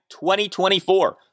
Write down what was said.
2024